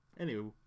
Anywho